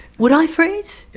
would i freeze?